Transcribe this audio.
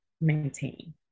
maintain